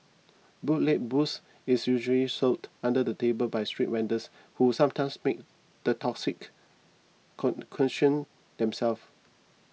bootleg booze is usually sold under the table by street vendors who sometimes make the toxic concoction themselves